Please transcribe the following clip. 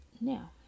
Now